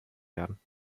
werden